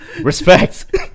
respect